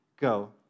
Go